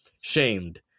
shamed